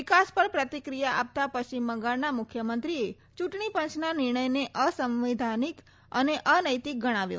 વિકાસ પર પ્રતિક્રિયા આપતાં પશ્ચિમ બંગાળના મુખ્યમંત્રીએ ચૂંટણી પંચના નિર્ણયને અસંવેધાનિક અને અનૈતિક ગણાવ્યો